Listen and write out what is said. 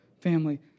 family